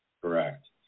Correct